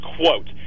quote